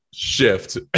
Shift